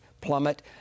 plummet